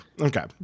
okay